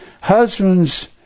husbands